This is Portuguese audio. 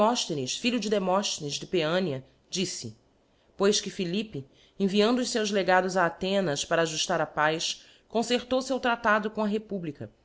demoíihenes filho de demofthenes de poeania diffe pois que philippe enviando os feus legados a athenas para aju tar a paz concertou feu tratado com a republica